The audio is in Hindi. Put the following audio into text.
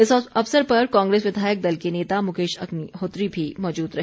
इस अवसर पर कांग्रेस विधायक दल के नेता मुकेश अग्निहोत्री भी मौजूद रहे